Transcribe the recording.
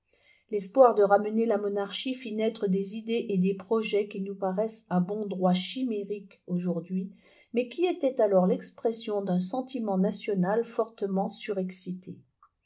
l'espoir de ramener la monarchie fit naître des idées et des projets qui nous paraissent à bon droit chimériques aujourd'hui mais qui étaient alors l'expression d'un sentiment national fortement surexcité